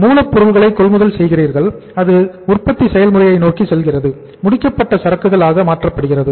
மூலப் பொருள்களை கொள்முதல் செய்கிறீர்கள் அது உற்பத்தி செயல்முறை நோக்கி செல்கிறது முடிக்கப்பட்ட சரக்குகள் ஆக மாற்றப்படுகிறது